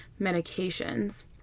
medications